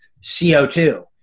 CO2